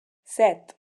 set